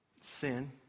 Sin